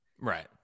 Right